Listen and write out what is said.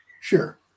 Sure